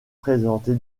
présenter